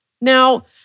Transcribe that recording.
Now